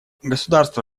государства